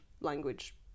language